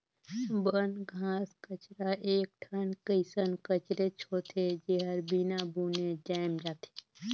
बन, घास कचरा एक ठन कइसन कचरेच होथे, जेहर बिना बुने जायम जाथे